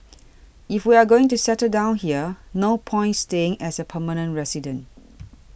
if we are going to settle down here no point staying as a permanent resident